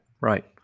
right